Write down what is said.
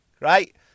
right